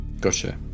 gotcha